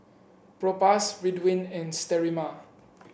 Propass Ridwind and Sterimar